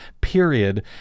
period